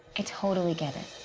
i totally get it.